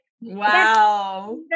wow